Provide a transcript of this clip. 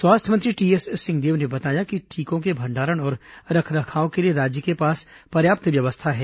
स्वास्थ्य मंत्री टीएस सिंहदेव ने बताया कि टीकों के भंडारण और रखरखाव के लिए राज्य के पास पर्याप्त व्यवस्था है